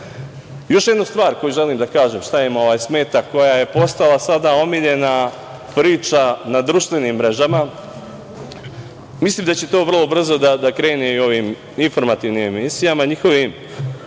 jednu stvar koju želim da kažem šta im smeta, koja je postala sada omiljena priča na društvenim mrežama, mislim da će to vrlo brzo da krene i u ovim informativnim emisijama njihovim,